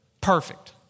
perfect